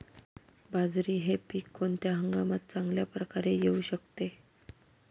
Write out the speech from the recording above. बाजरी हे पीक कोणत्या हंगामात चांगल्या प्रकारे येऊ शकते?